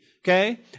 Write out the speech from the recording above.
Okay